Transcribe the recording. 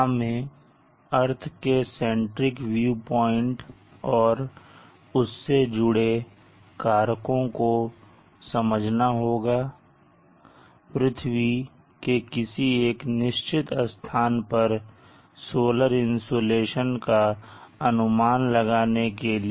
हमें अर्थ के centric view point और उससे जुड़े कारकों को समझना होगा पृथ्वी के किसी एक निश्चित स्थान पर सोलर इंसुलेशन का अनुमान लगाने के लिए